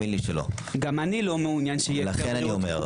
גם אני לא מעוניין שיהיה פה הפקר בריאותי.